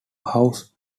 house